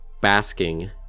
basking